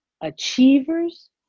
Achievers